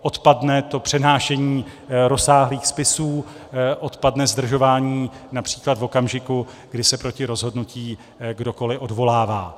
Odpadne to přenášení rozsáhlých spisů, odpadne zdržování například v okamžiku, kdy se proti rozhodnutí kdokoliv odvolává.